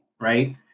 Right